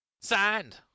Signed